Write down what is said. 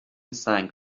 سنگ